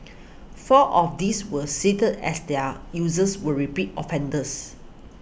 four of these were seized as their users were repeat offenders